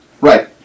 right